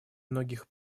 многих